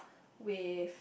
with